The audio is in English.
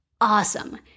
Awesome